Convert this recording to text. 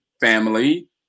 family